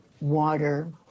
water